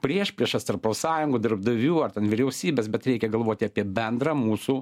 priešpriešas tarp profsąjungų darbdavių ar ten vyriausybės bet reikia galvoti apie bendrą mūsų